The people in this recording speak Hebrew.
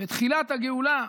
ותחילת הגאולה,